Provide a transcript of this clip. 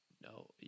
no